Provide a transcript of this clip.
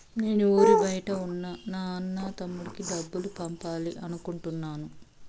నేను ఊరి బయట ఉన్న నా అన్న, తమ్ముడికి డబ్బులు పంపాలి అనుకుంటున్నాను